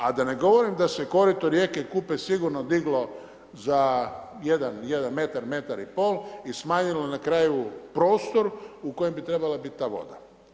A da ne govorim da se korito rijeke Kupe sigurno diglo za 1 metar, metar i pol i smanjilo na kraju prostor u kojem bi trebala biti ta voda.